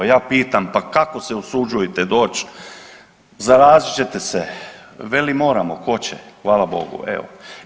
Ja pitam pa kako se usuđujete doć, zarazit ćete se, veli moramo ko će, hvala Bog evo.